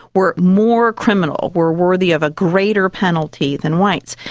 were more criminal, were worthy of a greater penalty than whites.